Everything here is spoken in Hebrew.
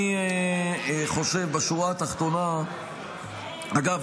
אגב,